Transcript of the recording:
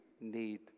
need